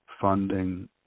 funding